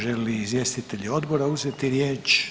Žele li izvjestitelji odbora uzeti riječ?